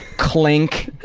clink.